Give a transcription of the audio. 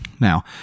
Now